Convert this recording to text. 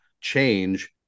change